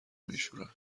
میشورن